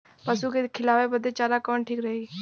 पशु के खिलावे बदे चारा कवन ठीक रही?